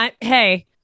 Hey